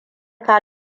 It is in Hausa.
ka